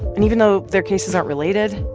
and even though their cases aren't related,